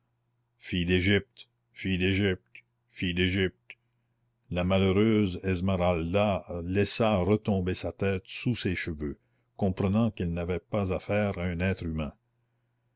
fille d'égypte fille d'égypte fille d'égypte la malheureuse esmeralda laissa retomber sa tête sous ses cheveux comprenant qu'elle n'avait pas affaire à un être humain